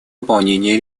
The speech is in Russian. выполнения